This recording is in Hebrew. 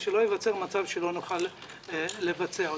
כדי שלא ייווצר מצב שלא נוכל לבצע אותם.